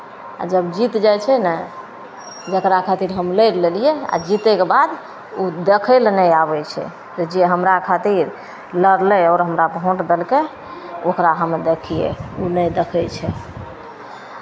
आ जब जीत जाइ छै ने जकरा खातिर हम लड़ि लेलियै आ जीतयके बाद ओ देखय लेल नहि आबै छै जे हमरा खातिर लड़लै आओर हमरा भोट देलकै ओकरा हम्मे देखियै ओ नहि देखै छै